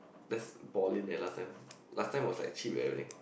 that's balling eh last time last time was like cheap eh